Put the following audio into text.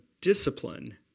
discipline